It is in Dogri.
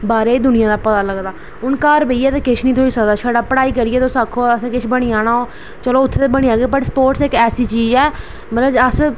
बाह्रै दी दुनिया दा पता लगदा हून घर बेहियै ते किश निं थ्होई सकदा छड़ा पढ़ाई करियैआक्खो किश बनी जाना चलो उत्थै ते बनी जाह्ग पर स्पोर्टस इक्क ऐसी चीज़ ऐ मतलब अस